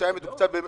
שהיה מתוקצב ב-2019.